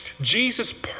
Jesus